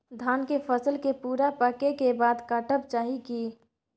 धान के फसल के पूरा पकै के बाद काटब चाही की?